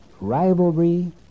rivalry